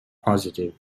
positive